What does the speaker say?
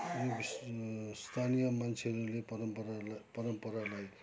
स्थानीय मान्छेहरूले परम्परालाई परम्परालाई